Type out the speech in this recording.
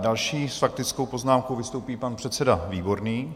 Další s faktickou poznámkou vystoupí pan předseda Výborný.